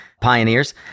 pioneers